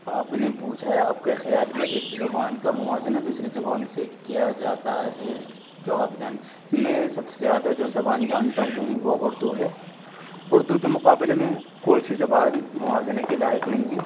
آپ نے پوچھا ہے آپ کے خیال میں اس زبان کا موازنہ دوسرے زبان سے کیا جاتا ہے جو آپ جان میں سب سے زیادہ جو زبان جانتا ہوں وہ اردو ہے اردو کے مقابلے میں کوئی سی زبان موازنے کے لائق نہیں ہیں